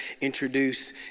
introduce